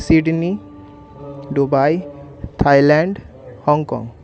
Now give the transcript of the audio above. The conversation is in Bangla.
Sydney Dubai Thailand Hong Kong